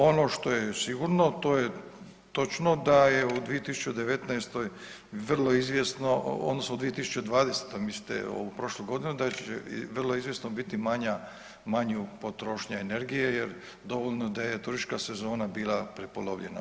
Ono što je sigurno, to je točno da je u 2019. vrlo izvjesno odnosno u 2020. mislite ovu prošlu godinu da će vrlo izvjesno biti manja potrošnja energije, jer dovoljno je da je turistička sezona bila prepolovljena.